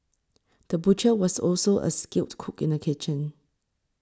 the butcher was also a skilled cook in the kitchen